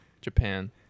Japan